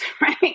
right